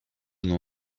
nom